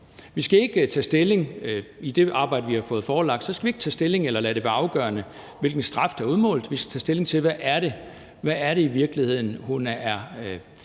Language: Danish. Vi skal ikke – i det arbejde, vi har fået forelagt – tage stilling til eller lade det være afgørende, hvilken straf der er udmålt. Vi skal tage stilling til, hvad det i virkeligheden er,